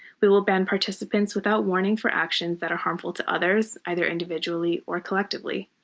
we will ban participants without warning for actions that are harmful to others, either individually or collectively.